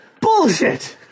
Bullshit